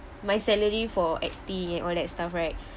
my salary for acting and all that stuff right